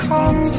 come